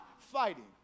fighting